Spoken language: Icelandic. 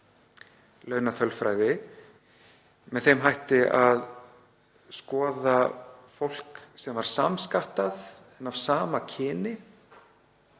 launatölfræði með þeim hætti að skoða fólk sem var samskattað en af sama kyni